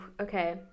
okay